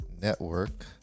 Network